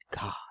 God